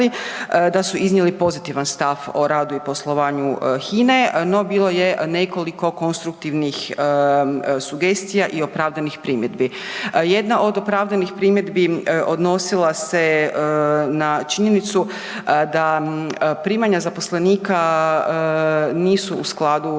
da su iznijeli pozitivan stav o radu i poslovanju HINA-e, no bilo je nekoliko konstruktivnih sugestija i opravdanih primjedbi. Jedna od opravdanih primjedbi odnosila se na činjenicu da primanja zaposlenika nisu u skladu